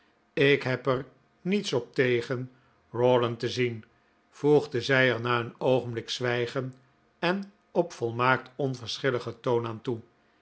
ik heb er niets op tegen rawdon te zien voegde zij er na een oogenblik zwijgen en op volmaakt onverschilligen toon aan toe